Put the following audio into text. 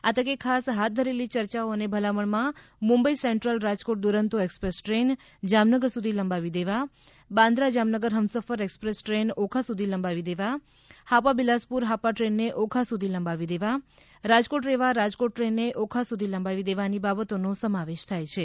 આ તકે ખાસ હાથ ધરેલી ચર્ચાઓ અને ભલામણમાં Mumbai central Rajkot Duronto express train Jamnagar સુધી લંબાવી દેવા બાંદ્રા જામનગર ફમસફર એક્સપ્રેસ ટ્રેન ઓખા સુધી લંબાવી દેવા હાપા બિલાસપુર હાપા ટ્રેનને ઓખા સુધી લંબાવી દેવા રાજકોટ રેવા રાજકોટ ટ્રેનને ઓખા સુધી લંબાવી દેવાની બાબતોનો સમાવેશ થાય છે